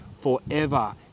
forever